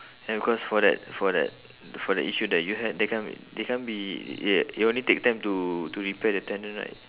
ya because for that for that for that issue that you had they can't they can't be it it only takes time to to repair the tendon right